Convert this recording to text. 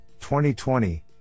2020